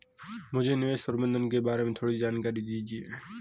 मुझे निवेश प्रबंधन के बारे में थोड़ी जानकारी दीजिए